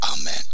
Amen